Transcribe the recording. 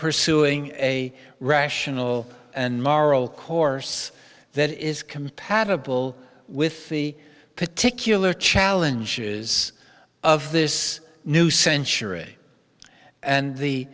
pursuing a rational and moral course that is compatible with the particular challenges of this new century and the